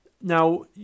Now